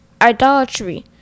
idolatry